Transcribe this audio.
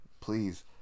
please